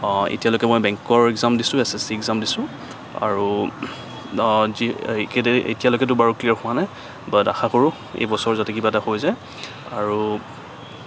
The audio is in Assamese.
এতিয়ালৈকে মই বেংকৰ একজাম দিছো এছ এছ ছি একজাম দিছোঁ আৰু এতিয়ালৈকেতো বাৰু ক্লিয়াৰ হোৱা নাই বাট আশা কৰো এই বছৰ যাতে কিবা এটা হৈ যায় আৰু